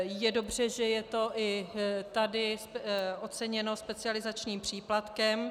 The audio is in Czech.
Je dobře, že je to i tady oceněno specializačním příplatkem.